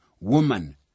Woman